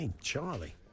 Charlie